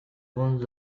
once